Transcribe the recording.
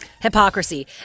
Hypocrisy